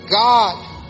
God